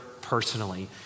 personally